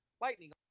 lightning